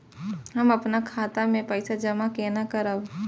हम अपन खाता मे पैसा जमा केना करब?